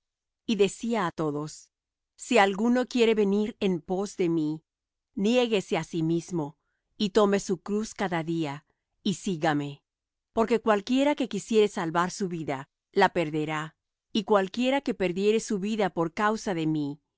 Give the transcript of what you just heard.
y decía á todos si alguno quiere venir en pos de mí niéguese á sí mismo y tome su cruz cada día y sígame porque cualquiera que quisiere salvar su vida la perderá y cualquiera que perdiere su vida por causa de mí